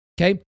Okay